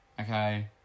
Okay